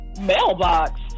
mailbox